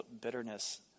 bitterness